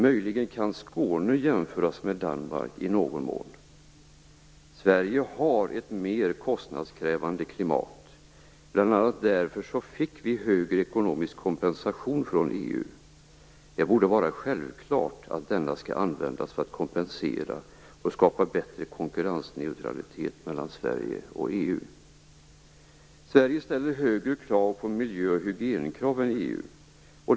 Möjligen kan Skåne jämföras med Danmark i någon mån. Sverige har ett mer kostnadskrävande klimat. Bl.a. därför fick vi en högre ekonomisk kompensation från EU. Det borde vara självklart att denna skall användas för att kompensera och skapa bättre konkurrensneutralitet mellan Sverige och EU. Sverige ställer högre krav på miljö och hygien än EU.